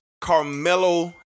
Carmelo